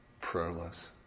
Prayerless